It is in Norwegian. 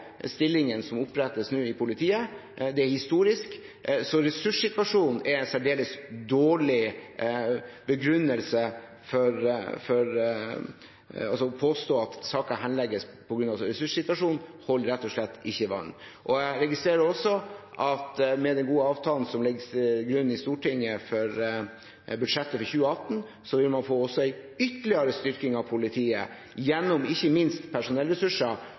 som nå opprettes i politiet. Det er historisk, så ressurssituasjonen er en særdeles dårlig begrunnelse: Å påstå at saker henlegges på grunn av ressurssituasjonen, holder rett og slett ikke vann. Jeg registrerer også at med den gode avtalen som legges til grunn i Stortinget for budsjettet for 2018, vil man få en ytterligere styrking av politiet gjennom ikke minst personellressurser,